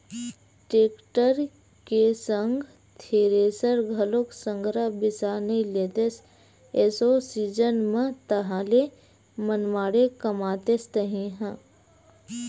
tractor के संग thresher घलोक संघरा बिसा नइ लेतेस एसो सीजन म ताहले मनमाड़े कमातेस तही ह